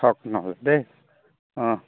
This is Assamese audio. থওক নহ'লে দেই অঁ